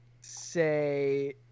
say